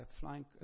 flying